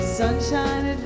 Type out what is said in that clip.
sunshine